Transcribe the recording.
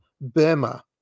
Burma